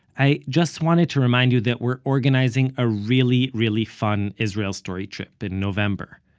i just wanted to remind you that we're organizing a really really fun israel story trip in november.